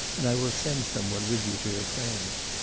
and i will send some with you to your friends.